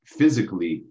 Physically